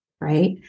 Right